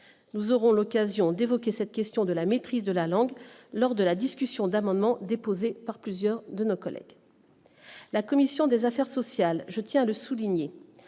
nous aurons l'occasion d'évoquer cette question de la maîtrise de la langue lors de la discussion d'amendements déposés par plusieurs de nos collègues, la commission des affaires sociales, je tiens à le souligner,